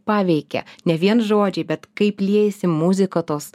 paveikia ne vien žodžiai bet kaip liejasi muzika tos